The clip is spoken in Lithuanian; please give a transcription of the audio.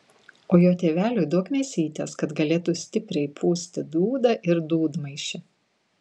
o jo tėveliui duok mėsytės kad galėtų stipriai pūsti dūdą ir dūdmaišį